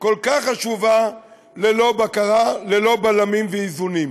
כל כך חשובה, ללא בקרה, ללא בלמים ואיזונים.